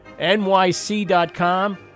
NYC.com